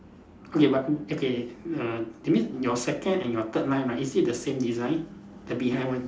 okay but okay err that means your second and you third line ah is it the same design the behind one